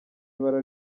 ibara